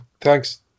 thanks